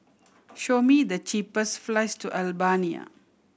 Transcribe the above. show me the cheapest flights to Albania